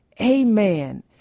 Amen